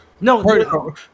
No